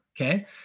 Okay